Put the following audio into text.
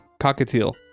Cockatiel